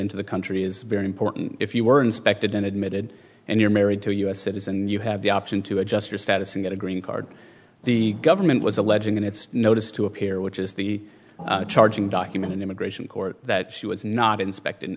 into the country is very important if you were inspected and admitted and you're married to a us citizen and you have the option to adjust your status and get a green card the government was alleging in its notice to appear which is the charging document an immigration court that she was not inspected